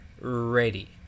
Ready